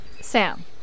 Sam